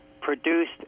produced